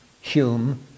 Hume